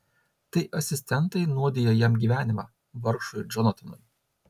tai asistentai nuodija jam gyvenimą vargšui džonatanui